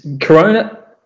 Corona